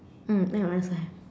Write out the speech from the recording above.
mm mine also have